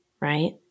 right